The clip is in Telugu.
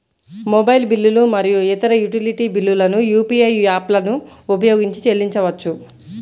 మొబైల్ బిల్లులు మరియు ఇతర యుటిలిటీ బిల్లులను యూ.పీ.ఐ యాప్లను ఉపయోగించి చెల్లించవచ్చు